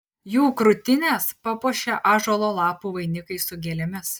jų krūtines papuošė ąžuolo lapų vainikai su gėlėmis